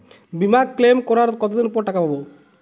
বিমা ক্লেম করার কতদিন পর টাকা পাব?